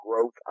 growth